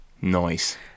Nice